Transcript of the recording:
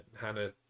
Hannah